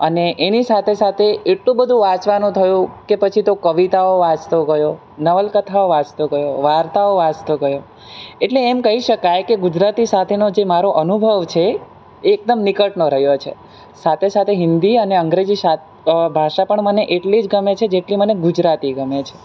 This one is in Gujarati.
અને એની સાથે સાથે એટલું બધુ વાંચવાનું થયું કે પછી તો કવિતાઓ વાંચતો ગયો નવલકથાઓ વાંચતો ગયો વાર્તાઓ વાંચતો ગયો એટલે એમ કહી શકાય કે ગુજરાતી સાથેનો જે મારો અનુભવ છે એ એકદમ નિકટનો રહ્યો છે સાથે સાથે હિન્દી અને અંગ્રેજી ભાષા પણ મને એટલી જ ગમે છે જેટલી મને ગુજરાતી ગમે છે